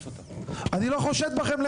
ואני לא חושד בכם, אל תתבלבלו.